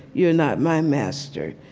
you're not my master.